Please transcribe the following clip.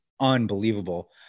unbelievable